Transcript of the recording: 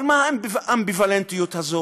אבל מה האמביוולנטיות הזאת,